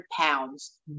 pounds